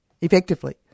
effectively